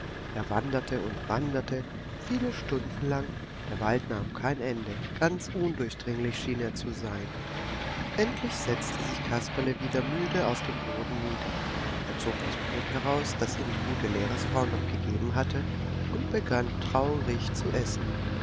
er wanderte und wanderte viele stunden lang der wald nahm kein ende ganz undurchdringlich schien er zu sein endlich setzte sich kasperle wieder müde auf den boden nieder er zog das brot heraus das ihm die gute lehrersfrau noch gegeben hatte und begann traurig zu essen